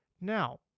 Now